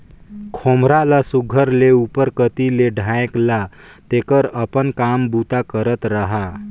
खोम्हरा ल सुग्घर ले उपर कती ले ढाएक ला तेकर अपन काम बूता करत रहा